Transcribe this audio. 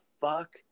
fuck